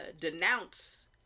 denounce